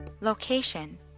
Location